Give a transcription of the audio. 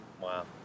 Wow